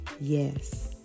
yes